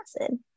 acid